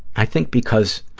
i think because